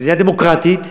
במדינה דמוקרטית אנחנו,